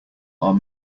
are